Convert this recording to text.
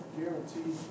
guarantee